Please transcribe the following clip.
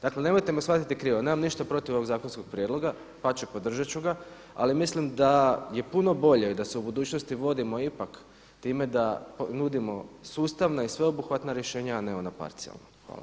Dakle nemojte me shvatiti krivo, nemam ništa protiv ovog zakonskog prijedloga, dapače podržati ću ga ali mislim da je puno bolje da se u budućnosti vodimo ipak time da nudimo sustavna i sveobuhvatna rješenja a ne ona parcijalna.